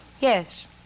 Yes